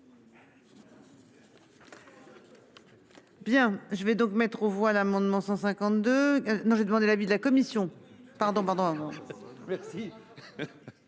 Merci.